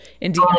Indeed